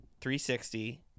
360